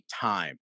time